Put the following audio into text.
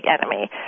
enemy